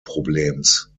problems